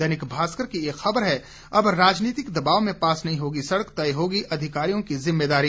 दैनिक भास्कर की एक खबर है अब राजनीतिक दबाब में पास नहीं होगी सड़क तय होगी अधिकारियों की जिम्मेदारी